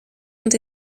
ont